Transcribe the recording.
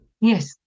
Yes